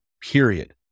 period